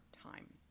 time